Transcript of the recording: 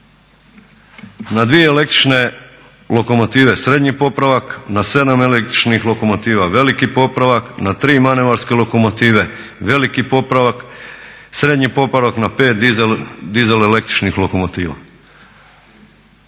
na dvije električne lokomotive srednji popravak, na sedam električnih lokomotiva veliki popravak, na tri manevarske lokomotive veliki popravak, srednji popravak na pet dizel električnih lokomotiva.